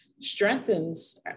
strengthens